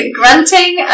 grunting